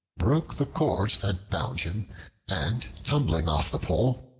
broke the cords that bound him and, tumbling off the pole,